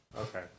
Okay